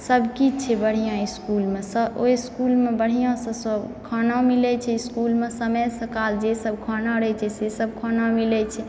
सब किछु छै बढ़िऑं इसकुलमे सब ओहि इसकुलमे बढिऑं सऽ सब खाना मिलै छै इसकुलमे समय सकल जे सब खाना रहै छै सब खाना मिलै छै